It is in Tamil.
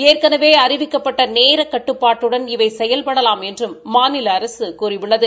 ஏற்களவே அறிவிக்கப்பட்ட நேர கட்டுப்பாடுடன் இவை செயல்படலாம் என்றும் மாநில அரசு கூறியுள்ளது